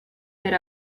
per